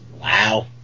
Wow